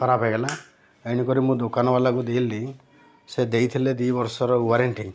ଖରାପ ହେଇଗଲା ଏଣୁକରି ମୁଁ ଦୋକାନବାଲାକୁ ଦେଲି ସେ ଦେଇଥିଲେ ଦୁଇ ବର୍ଷର ୱାରେଣ୍ଟି